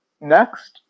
Next